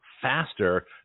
faster